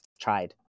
tried